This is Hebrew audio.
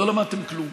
לא למדתם כלום.